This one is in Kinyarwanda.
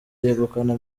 yegukana